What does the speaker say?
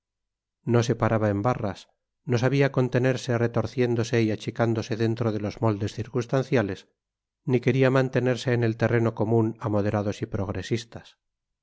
no se paraba en barras no sabía contenerse retorciéndose y achicándose dentro de los moldes circunstanciales ni quería mantenerse en el terreno común a moderados y progresistas